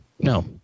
No